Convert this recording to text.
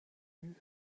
you